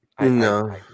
No